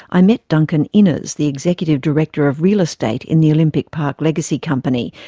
i met duncan innes, the executive director of real estate in the olympic park legacy company,